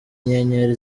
inyenyeri